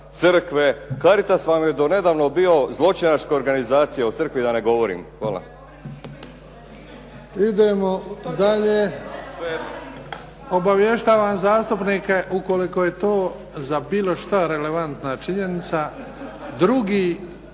Crkve. "Caritas" vam je do nedavno bio zločinačka organizacija, a o Crkvi da ne govorim. Hvala. **Bebić, Luka (HDZ)** Idemo dalje. Obavještavam zastupnike ukoliko je to za bilo što relevantna činjenica drugi